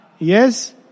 Yes